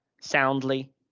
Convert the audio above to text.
soundly